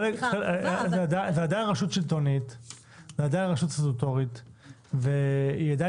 אבל --- זה עדיין רשות סטטוטורית שלטונית והיא עדיין